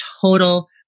total